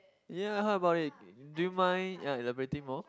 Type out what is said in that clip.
yea how about it do you mind yea interpreting more